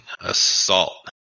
assault